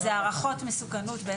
אלה הערכות מסוכנות.